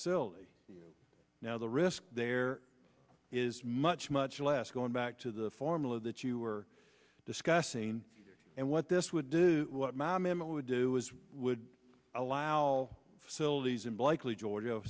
facility now the risk there is much much less going back to the formula that you were discussing and what this would do what mamma would do is would allow sylvie's in blakely georgia